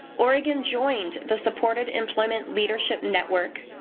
oregon joined the supported employment leadership network,